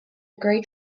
great